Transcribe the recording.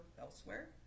elsewhere